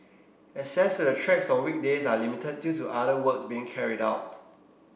access to the tracks on weekdays are limited due to other works being carried out